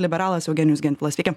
liberalas eugenijus gentvilas sveiki